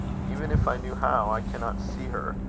even if i knew how, i cannot see her,